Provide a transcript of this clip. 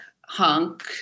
hunk